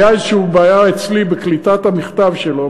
הייתה איזושהי בעיה אצלי בקליטת המכתב שלו.